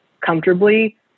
comfortably